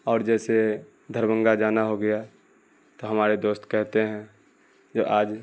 اور جیسے دربھنگہ جانا ہو گیا تو ہمارے دوست کہتے ہیں جو آج